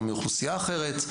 או מאוכלוסייה אחרת?",